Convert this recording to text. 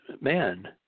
man